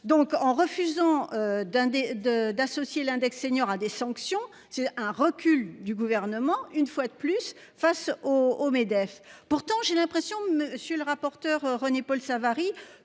d'un des deux d'associer l'index senior à des sanctions, c'est un recul du gouvernement, une fois de plus face au au MEDEF. Pourtant j'ai l'impression monsieur le rapporteur. René-Paul Savary,